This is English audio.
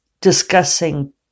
discussing